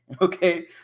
okay